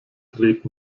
dreht